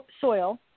soil